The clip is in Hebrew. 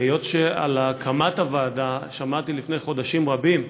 היות שעל הקמת הוועדה שמעתי לפני חודשים רבים,